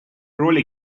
роли